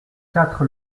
quatre